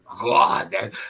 god